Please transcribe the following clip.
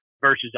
versus